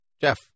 Jeff